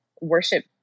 worship